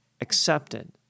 accepted